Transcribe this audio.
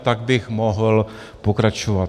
A tak bych mohl pokračovat.